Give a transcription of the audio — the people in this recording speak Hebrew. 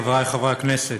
חברי חברי הכנסת,